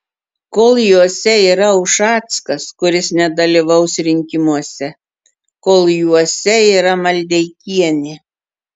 kol jose yra ušackas kuris nedalyvaus rinkimuose kol juose yra maldeikienė